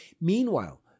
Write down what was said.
Meanwhile